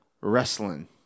wrestling